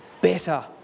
better